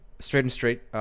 straight-and-straight